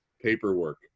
paperwork